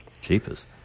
Cheapest